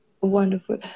Wonderful